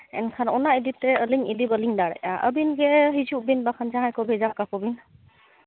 ᱮᱱᱠᱷᱟᱱ ᱚᱱᱟ ᱤᱫᱤ ᱛᱮ ᱟᱹᱞᱤᱧ ᱤᱫᱤ ᱵᱟᱹᱞᱤᱧ ᱫᱟᱲᱮᱭᱟᱜᱼᱟ ᱟᱹᱵᱤᱱ ᱜᱮ ᱦᱤᱡᱩᱜ ᱵᱤᱱ ᱵᱟᱠᱷᱟᱱ ᱡᱟᱦᱟᱸᱭ ᱠᱚ ᱵᱷᱮᱡᱟ ᱠᱟᱠᱚ ᱵᱮᱱ